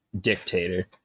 dictator